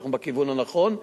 אנחנו בכיוון הנכון.